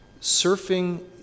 surfing